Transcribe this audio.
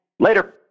Later